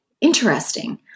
Interesting